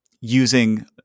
using